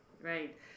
right